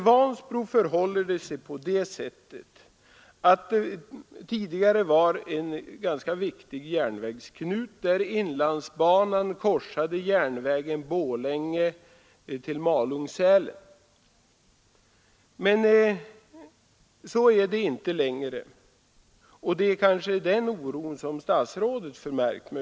Vansbro var tidigare en ganska viktig järnvägsknut, där inlandsbanan korsade järnvägen Borlänge—-Malung—Sälen. Men så är det inte längre, och det är kanske den härav föranledda oron som statsrådet förmärkt.